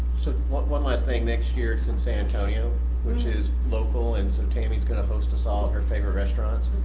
so one one last thing next year it's in san antonio which is local and so tammy's gonna host us all at her favorite restaurants